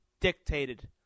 dictated